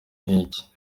nk’iki